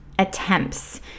attempts